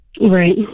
Right